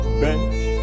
bench